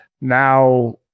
now